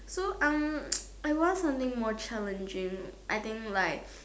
so um I want something more challenging I think like